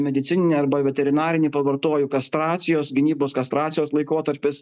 medicininę arba veterinarinį pavartoju kastracijos gynybos kastracijos laikotarpis